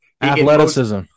athleticism